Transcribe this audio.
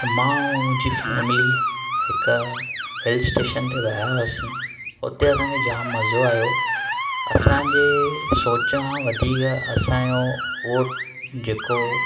मां ऐं मुंहिंजी फैमिली हिकु हिल स्टेशन ते विया हुयासीं उथे असांखे जामु मज़ो आयो असांजे सोच खां वधीक असांजो हो जेको